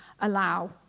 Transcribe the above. allow